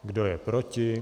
Kdo je proti?